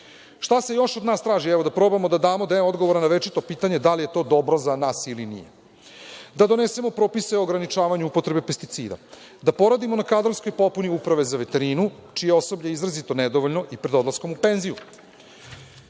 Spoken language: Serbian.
se još od nas traži? Da probamo da damo odgovor na večito pitanje, da li je to dobro za nas ili nije? Da donesemo propise o ograničavanju upotrebe pesticida, da poradimo na kadrovskoj popuni Uprave za veterinu, čije osoblje je izrazito nedovoljno i pred odlaskom u penziju,